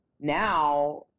now